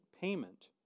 payment